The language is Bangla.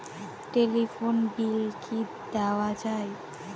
টেলিফোন বিল কি দেওয়া যায়?